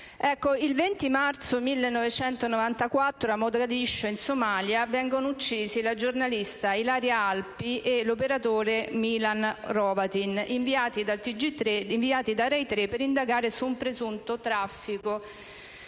Il 20 marzo 1994 a Mogadiscio, in Somalia, vengono uccisi la giornalista Ilaria Alpi e l'operatore Miran Hrovatin, inviati da Rai3 per indagare su un presunto traffico